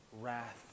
Wrath